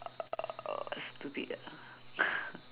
uh stupid ah